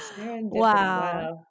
Wow